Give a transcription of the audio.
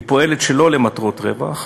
היא פועלת שלא למטרות רווח,